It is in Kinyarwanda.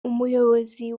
umuyobozi